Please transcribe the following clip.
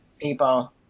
people